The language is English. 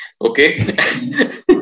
Okay